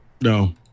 No